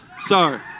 Sorry